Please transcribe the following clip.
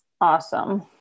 awesome